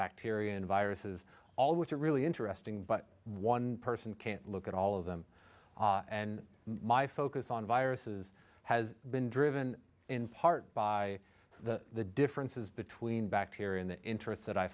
bacteria and viruses always a really interesting but one person can't look at all of them and my focus on viruses has been driven in part by the the differences between bacteria in the interests that i